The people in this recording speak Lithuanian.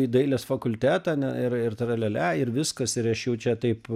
į dailės fakultetą n ir ir tra lia lia ir viskas ir aš jau čia taip